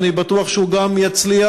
ואני בטוח שהוא גם יצליח.